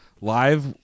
live